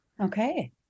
Okay